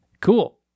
Cool